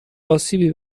اسیبی